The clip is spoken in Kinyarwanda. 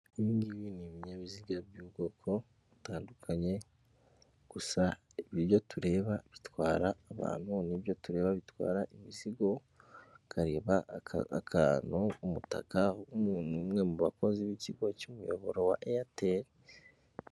Ibingibi ni ibininyabiziga by'ubwoko butandukanye, gusa ibyo tureba bitwara abantu n'ibyo tureba bitwara imizigo, ukareba akantu, umutaka w'umuntu umwe mu bakozi b'ikigo cy'umuyoboro wa Airtel.